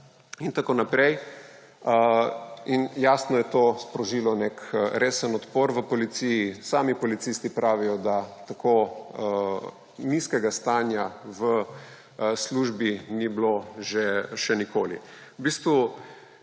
in tako naprej. In jasno je to sprožilo nek resen odpor v policiji. Sami policisti pravijo, da tako nizkega stanja v službi ni bilo še nikoli.